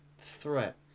Threat